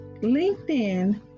LinkedIn